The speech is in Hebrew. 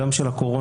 גם של הקורונה,